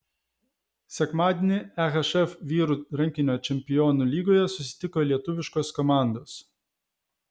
sekmadienį ehf vyrų rankinio čempionų lygoje susitiko lietuviškos komandos